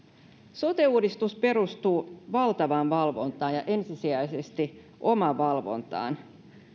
sote uudistus perustuu valtavaan valvontaan ja ensisijaisesti omavalvontaan